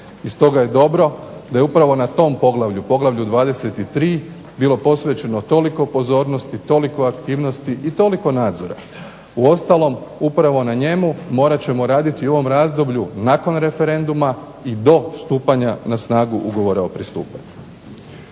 i stoga je dobro da je upravo na tom poglavlju, poglavlju 23 bilo posvećeno toliko pozornosti, toliko aktivnosti i toliko nadzora. Uostalom, upravo na njemu morat ćemo raditi u ovom razdoblju nakon referenduma i do stupanja na snagu Ugovora o pristupanju.